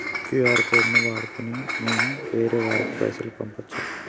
QR code ను వాడుకొని నేను వేరే వారికి పైసలు పంపచ్చా?